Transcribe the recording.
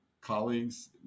colleagues